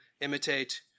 imitate